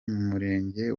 murenge